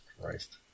Christ